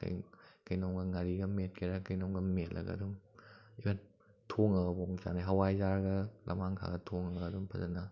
ꯀꯩꯅꯣꯒ ꯉꯥꯔꯤꯒ ꯃꯦꯠꯀꯦꯔꯥ ꯀꯩꯅꯣꯝꯒ ꯃꯦꯠꯂꯒ ꯑꯗꯨꯝ ꯏꯕꯟ ꯊꯣꯡꯂꯒ ꯐꯥꯎꯕ ꯆꯥꯅꯩ ꯍꯋꯥꯏꯖꯥꯔꯒ ꯂꯃꯥꯡꯈꯥꯒ ꯊꯣꯡꯂꯒ ꯑꯗꯨꯝ ꯐꯖꯅ